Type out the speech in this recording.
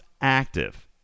active